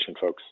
folks